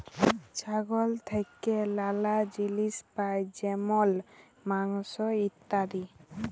ছাগল থেক্যে লালা জিলিস পাই যেমল মাংস, ইত্যাদি